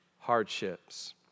hardships